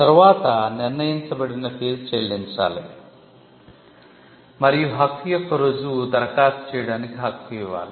తర్వాత నిర్ణయించబడిన ఫీజు చెల్లించాలి మరియు హక్కు యొక్క రుజువు దరఖాస్తు చేయడానికి హక్కు ఇవ్వాలి